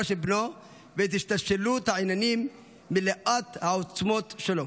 של בנו ואת השתלשלות העניינים מלאת העוצמה שלו,